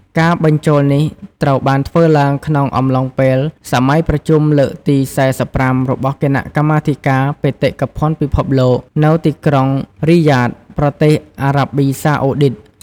ការបញ្ចូលនេះត្រូវបានធ្វើឡើងក្នុងអំឡុងពេលសម័យប្រជុំលើកទី៤៥ របស់គណៈកម្មាធិការបេតិកភណ្ឌពិភពលោក នៅទីក្រុងរីយ៉ាដ ប្រទេសអារ៉ាប៊ីសាអូឌីត។